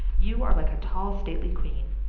you are like a tall stately queen.